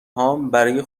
هام، برای